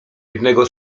jednego